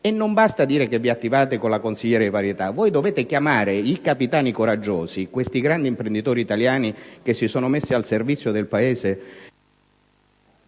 e non basta dire che vi attivate con la consigliera di parità. Voi dovete chiamare i capitani coraggiosi, questi grandi imprenditori italiani che si sono messi al servizio del Paese